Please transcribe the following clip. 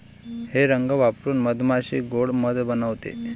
हे रंग वापरून मधमाशी गोड़ मध बनवते